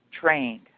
trained